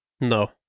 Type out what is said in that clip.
No